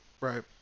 Right